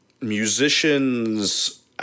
musicians